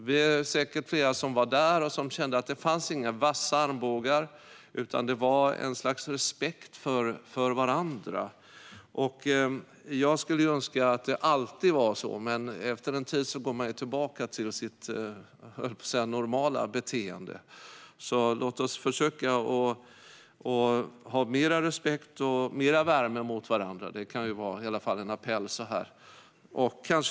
Vi är säkert fler som var där och som kände att det inte fanns några vassa armbågar, utan det fanns ett slags respekt för varandra. Jag skulle önska att det alltid var så, men efter en tid går man ju tillbaka till sitt normala beteende, höll jag på att säga. Men låt oss försöka ha mer respekt och visa mer värme mot varandra. Det är en appell.